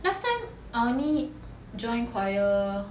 last time I only join choir